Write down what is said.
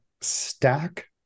stack